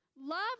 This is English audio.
Love